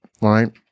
right